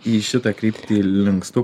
į šitą kryptį linkstu